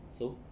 so